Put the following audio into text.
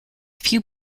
few